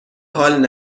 حال